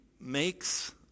makes